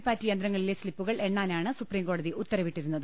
പാറ്റ് യന്ത്രങ്ങളിലെ സ്ളിപ്പുകൾ എണ്ണാനാണ് സുപ്രീം കോടതി ഉത്തരവിട്ടിരുന്നത്